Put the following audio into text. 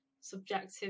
subjective